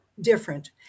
different